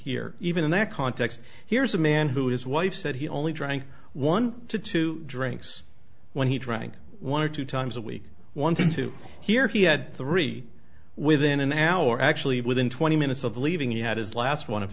here even in that context here's a man who is wife said he only drank one to two drinks when he drank one or two times a week wanting to hear he had three within an hour actually within twenty minutes of leaving he had his last one if